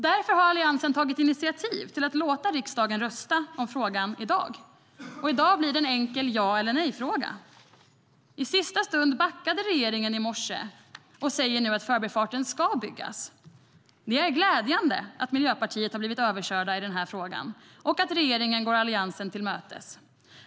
Därför har Alliansen tagit initiativ till att låta riksdagen rösta om frågan i dag, och i dag blir det en enkel ja eller nejfråga.I sista stund, i morse, backade regeringen, och man säger nu att Förbifarten ska byggas. Det är glädjande att Miljöpartiet har blivit överkört i den här frågan och att regeringen går Alliansen till mötes.